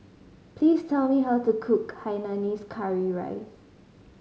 please tell me how to cook hainanese curry rice